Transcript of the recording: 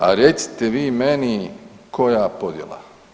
A recite vi meni koja podjela?